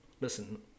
listen